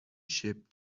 ship